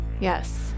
Yes